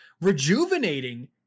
rejuvenating